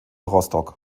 rostock